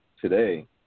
today